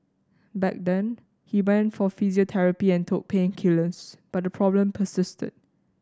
back then he went for physiotherapy and took painkillers but the problem persisted